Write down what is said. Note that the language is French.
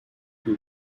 que